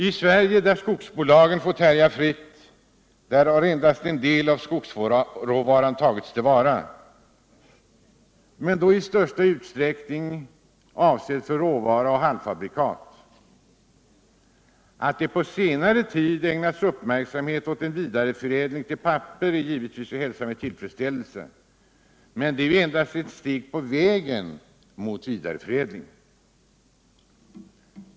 I Sverige, där skogsbolagen har fått härja fritt, har endast en del av skogsråvaran tagits till vara, i största utsträckning råvara och halvfabrikat. Att det på senare tid har ägnats uppmärksamhet åt en vidareförädling till papper är givetvis att hälsa med tillfredsställelse, men det är endast ett steg på vägen mot vidareförädling.